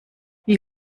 wie